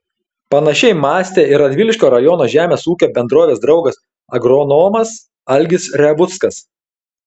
panašiai mąstė ir radviliškio rajono žemės ūkio bendrovės draugas agronomas algis revuckas